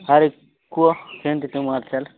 ଆହୁରି କୁହ କେମିତି ତୁମ ହାଲ ଚାଲ